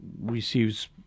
receives